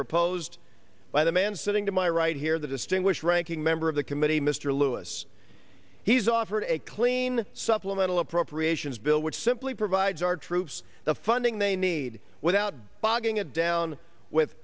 proposed by the man sitting to my right here the distinguished ranking member of the committee mr louis he's offered a clean supplemental appropriations bill which simply provides our troops the funding they need without boggling it down with